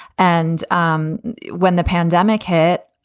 and um when the pandemic hit,